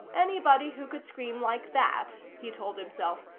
anybody who could scream like that, he told himself,